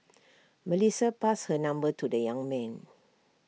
Melissa passed her number to the young man